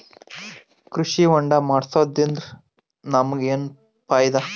ಕೃಷಿ ಹೋಂಡಾ ಮಾಡೋದ್ರಿಂದ ನಮಗ ಏನ್ ಫಾಯಿದಾ?